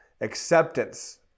acceptance